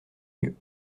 mieux